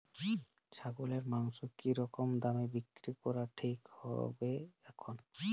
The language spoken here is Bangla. ছাগলের মাংস কী রকম দামে বিক্রি করা ঠিক হবে এখন?